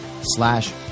slash